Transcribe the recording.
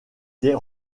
des